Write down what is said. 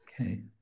Okay